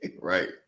right